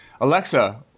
Alexa